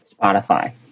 Spotify